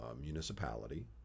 municipality